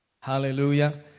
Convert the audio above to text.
Hallelujah